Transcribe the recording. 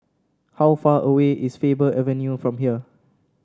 how far away is Faber Avenue from here